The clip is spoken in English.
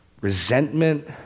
resentment